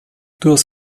duas